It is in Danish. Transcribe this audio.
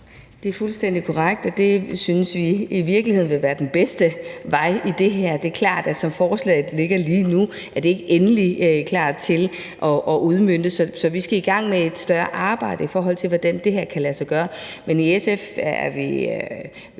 Det er fuldstændig korrekt, og det synes vi i virkeligheden ville være den bedste vej her. Det er klart, at som forslaget ligger lige nu, er det ikke endeligt klar til at blive udmøntet. Så vi skal i gang med et større arbejde, i forhold til hvordan det her kan lade sig gøre.